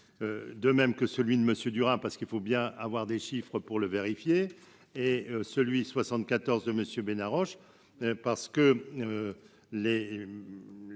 de même que celui de Monsieur Durand, parce qu'il faut bien avoir des chiffres pour le vérifier, et celui, 74 de Monsieur Bénard, Roche, parce que